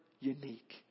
unique